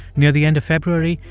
near the end of february,